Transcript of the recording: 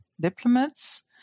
diplomats